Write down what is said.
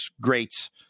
greats